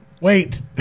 wait